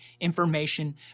Information